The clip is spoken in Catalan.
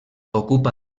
ocupa